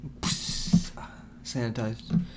Sanitized